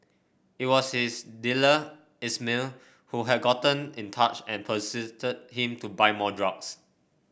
it was his dealer Ismail who had gotten in touch and pestered him to buy more drugs